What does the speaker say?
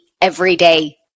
everyday